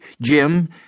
Jim